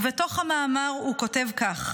ובתוך המאמר הוא כותב כך: